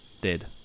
Dead